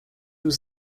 was